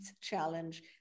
challenge